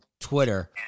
Twitter